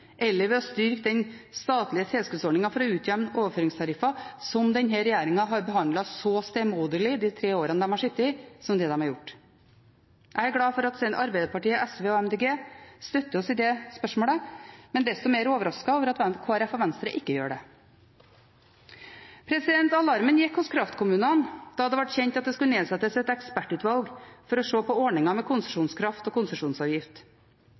eller ved å styrke den statlige tilskuddsordningen for å utjevne overføringstariffer, som denne regjeringen har behandlet så stemoderlig de tre årene de har sittet, som det de har gjort. Jeg er glad for at Arbeiderpartiet, SV og Miljøpartiet De Grønne støtter oss i det spørsmålet, men er desto mer overrasket over at Kristelig Folkeparti og Venstre ikke gjør det. Alarmen gikk hos kraftkommunene da det ble kjent at det skulle nedsettes et ekspertutvalg for å se på ordningen med konsesjonskraft og konsesjonsavgift.